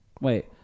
Wait